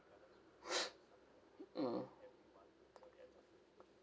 mm